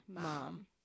mom